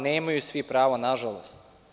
Nemaju svi pravo, nažalost.